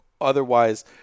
otherwise